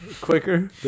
quicker